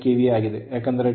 5 KVA ಆಗಿದೆ ಏಕೆಂದರೆ 10 0